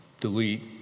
delete